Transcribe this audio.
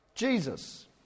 Jesus